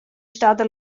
stada